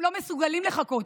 הם לא מסוגלים לחכות.